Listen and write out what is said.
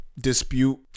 Dispute